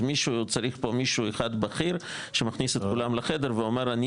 אז צריך פה מישהו אחד בכיר שמכניס את כולם לחדר ואומר: אני